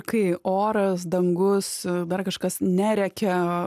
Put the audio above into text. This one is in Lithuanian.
kai oras dangus dar kažkas nerėkia